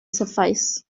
suffice